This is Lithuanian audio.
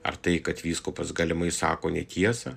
ar tai kad vyskupas galimai sako netiesą